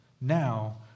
Now